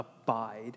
abide